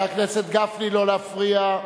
כל שבוע אני משתתף, חבר הכנסת גפני, לא להפריע.